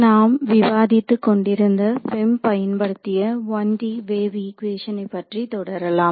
நாம் விவாதித்துக் கொண்டிருந்த FEM பயன்படுத்திய 1D வேவ் ஈக்குவேஷனை பற்றி தொடரலாம்